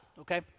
okay